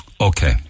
Okay